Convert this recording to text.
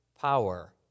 power